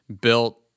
built